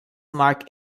mark